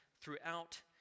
throughout